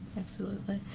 absolutely.